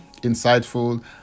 insightful